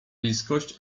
bliskość